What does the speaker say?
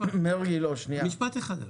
משפט אחד.